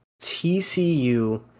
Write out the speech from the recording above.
TCU